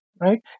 right